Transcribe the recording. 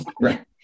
Right